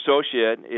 associate